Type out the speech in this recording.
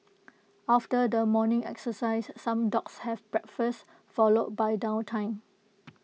after the morning exercise some dogs have breakfast followed by downtime